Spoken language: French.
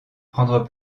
prendre